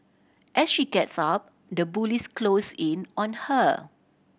as she gets up the bullies close in on her